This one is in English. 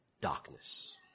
darkness